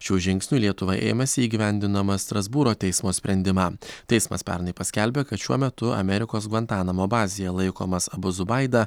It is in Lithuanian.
šių žingsnių lietuva ėmėsi įgyvendindama strasbūro teismo sprendimą teismas pernai paskelbė kad šiuo metu amerikos gvantanamo bazėje laikomas abu zubaida